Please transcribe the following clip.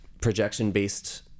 projection-based